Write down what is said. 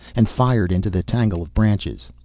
and fired into the tangle of branches.